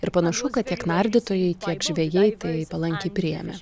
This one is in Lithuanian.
ir panašu kad tiek nardytojai tiek žvejai tai palankiai priėmė